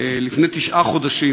לפני תשעה חודשים,